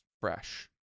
Fresh